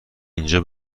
اینجا